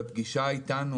בפגישה אתנו,